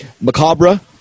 Macabre